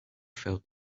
felt